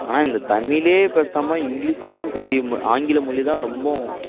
ஆனால் இந்த தமிழே பேசாமல் இங்கிலிஷ் தான் பெரிய ஆங்கில மொழி தான் ரொம்ப